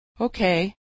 Okay